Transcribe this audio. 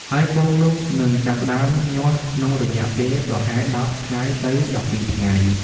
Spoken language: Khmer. ហើយពងនោះនឹងចាប់ផ្តើមញាស់ក្នុងរយៈពេលប្រហែល ១០ ថ្ងៃទៅ ១២ ថ្ងៃ។